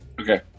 Okay